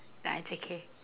nah it's okay